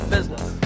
Business